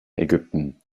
ägypten